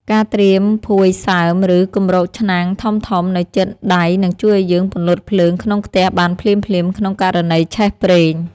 ការត្រៀមភួយសើម ឬគម្របឆ្នាំងធំៗនៅជិតដៃនឹងជួយឱ្យយើងពន្លត់ភ្លើងក្នុងខ្ទះបានភ្លាមៗក្នុងករណីឆេះប្រេង។